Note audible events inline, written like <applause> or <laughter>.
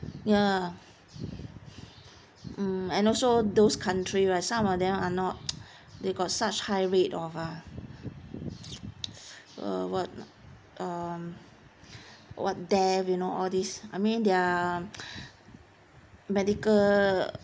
ya hmm and also those country right some of them are not <noise> they got such high rate of ah <noise> err what mm uh um <breath> what death you know all this I mean their <breath> medical